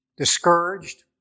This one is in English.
discouraged